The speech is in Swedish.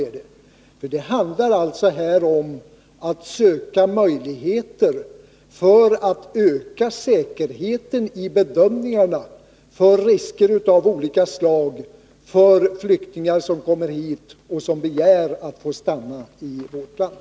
Det handlar alltså om att söka möjligheter att öka säkerheten vid bedömningarna när det gäller risker av olika slag för flyktingar som kommer hit och som begär att få stanna i vårt land.